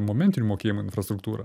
momentinių mokėjimų infrastruktūrą